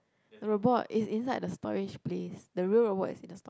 the robot is inside the storage place the real robot is in the storage